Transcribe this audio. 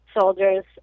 soldiers